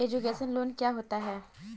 Education loan क्या होता है?